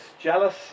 jealous